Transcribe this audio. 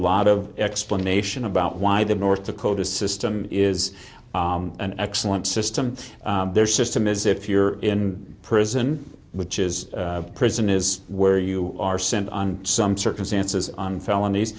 lot of explanation about why the north dakota system is an excellent system their system is if you're in prison which is prison is where you are sent on some circumstances and felonies